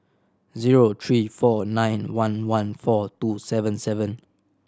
zero three four nine one one four two seven seven